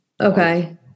okay